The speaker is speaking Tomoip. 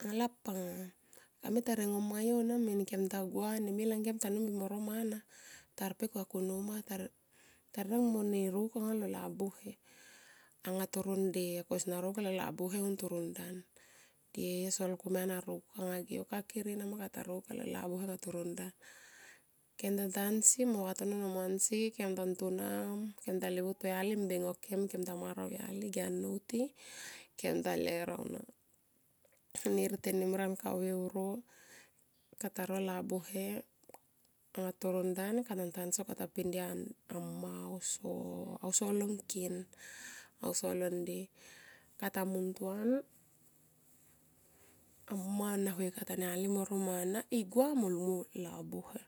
Aunga lo hap anga kamita ringoma yo na min kem tagua ne mil angkem tanumin mo romana ta rpek va nnou ma tarireng mo nokuk alo labuhe anga toro nde ko sona rokuk alo labuhe ni toro ndan dieyo sol komia per rokuk age yo, kakere nama kata rokuk alo labuhe anga. Toro ndan. Kem ta tansi no vatono no mansi kem ta tonia kemta livu toyali mbeng o kem ta mar auyali ge a nnouti kem ta ler aunia. Nir tenimran kata ro labuhe anga toro nda kata tanso kata pidia amma uso long ngkin, auso lo nde kata mungtuan amma nahue ka taniali mo ro mana i gua mo lungmo labuhe.